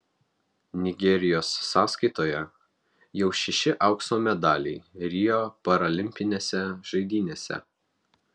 nigerijos sąskaitoje jau šeši aukso medaliai rio paralimpinėse žaidynėse